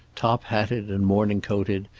top-hatted and morning-coated,